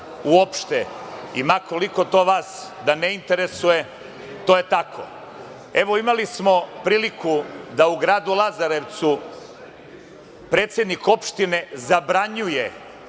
u opšte. Ma koliko to vas da ne interesuje, to je tako. Evo, imali smo priliku da u gradu Lazarevcu predsednik opštine zabranjuje